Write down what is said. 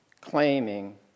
claiming